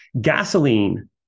Gasoline